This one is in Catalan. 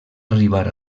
arribar